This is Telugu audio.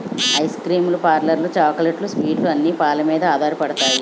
ఐస్ క్రీమ్ లు పార్లర్లు చాక్లెట్లు స్వీట్లు అన్ని పాలమీదే ఆధారపడతాయి